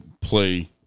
play